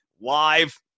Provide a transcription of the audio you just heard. live